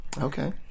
Okay